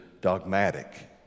dogmatic